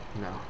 No